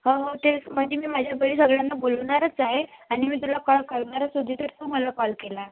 हो हो तेच म्हणजे मी माझ्या घरी सगळ्यांना बोलवणारच आहे आणि मी तुला कॉल करणारच होती तर तू मला कॉल केला